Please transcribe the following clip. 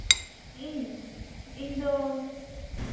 ᱤᱧ ᱤᱧᱫᱚ